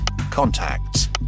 contacts